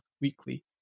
weekly